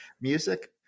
music